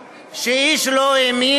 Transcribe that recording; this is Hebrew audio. אתה רוצה את כל התיקים, שאיש לא האמין,